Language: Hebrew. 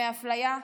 מאפליה,